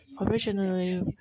originally